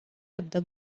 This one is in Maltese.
ebda